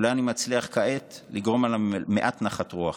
אולי אני מצליח כעת לגרום לה מעט נחת רוח,